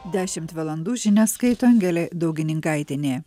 dešimt valandų žinias skaito angelė daugininkaitienė